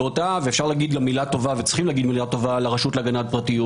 צריך להגיד מילה טובה לרשות להגנת פרטיות